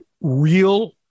real